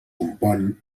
compon